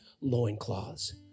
loincloths